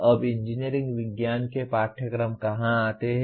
अब इंजीनियरिंग विज्ञान के पाठ्यक्रम कहां आते हैं